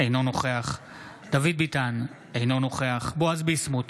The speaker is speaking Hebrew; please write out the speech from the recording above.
אינו נוכח דוד ביטן, אינו נוכח בועז ביסמוט,